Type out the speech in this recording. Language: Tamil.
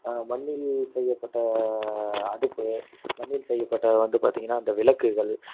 மண்ணில் செய்யப்பட்ட அடுப்பு மண்ணில் செய்யப்பட்ட வந்து பார்த்திங்கனா இந்த விளக்குகள்